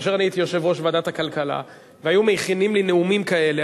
כאשר אני הייתי יושב-ראש ועדת הכלכלה והיו מכינים לי נאומים כאלה,